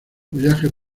follaje